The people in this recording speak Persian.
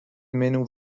منو